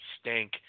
stink